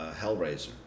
Hellraiser